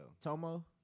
Tomo